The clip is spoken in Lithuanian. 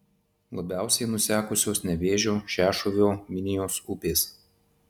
labiausiai nusekusios nevėžio šešuvio minijos upės